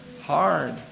hard